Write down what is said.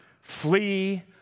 flee